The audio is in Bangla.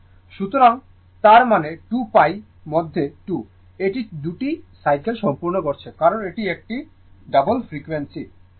সুতরাং তার মানে 2π মধ্যে 2 এটি 2 টি সাইকেল সম্পূর্ণ করছে কারণ এটি একটি দ্বিগুণ ফ্রিকোয়েন্সি